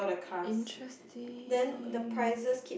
interesting